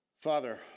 Father